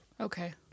Okay